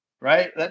right